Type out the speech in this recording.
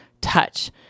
touch